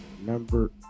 number